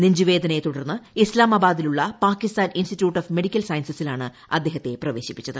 നെഞ്ചുവേദനയെ തുടർന്ന് ഇസ്താമബാദിലുള്ള Pakistan institute of medical സയൻസസിലാണ് അദ്ദേഹത്തെ പ്രവേശിപ്പിച്ചത്